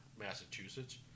Massachusetts